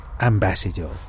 Ambassador